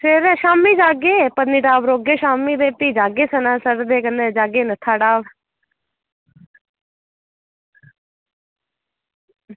सवेरै शामीं जाह्गे पत्नीटाप रौह्गे शामीं ते फ्ही जाह्गे सनासर ते कन्नै जाह्गे नत्थाटॉप